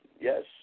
Yes